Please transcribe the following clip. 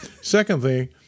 Secondly